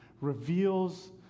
reveals